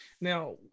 Now